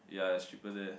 ya it's cheaper there